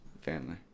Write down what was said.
family